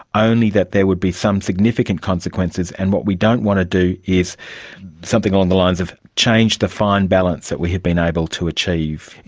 only that there would be some significant consequences, and what we don't want to do is something along the lines of change the fine balance that we have been able to achieve.